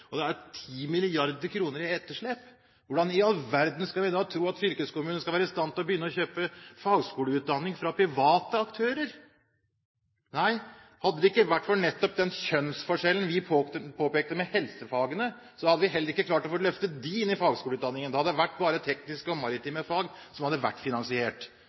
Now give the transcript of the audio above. og det er 10 mrd. kr i etterslep, hvordan i all verden skal vi tro at fylkekommunen skal være i stand til å begynne å kjøpe fagskoleutdanning fra private aktører? Hadde det ikke vært for nettopp den kjønnsforskjellen vi påpekte når det gjaldt helsefagene, hadde vi heller ikke klart å få løftet disse inn i fagskoleutdanningen; da hadde det vært bare tekniske og maritime fag som hadde vært finansiert.